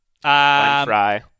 Fry